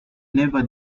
never